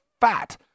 fat